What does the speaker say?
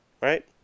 right